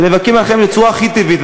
שנאבקים על החיים בצורה הכי טבעית.